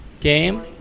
game